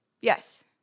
Yes